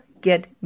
get